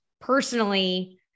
personally